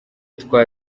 twa